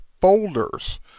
folders